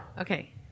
Okay